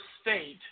state